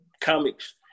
comics